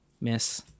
Miss